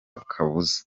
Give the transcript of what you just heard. kabuza